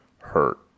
hurt